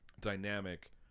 dynamic